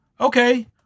Okay